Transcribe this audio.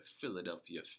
Philadelphia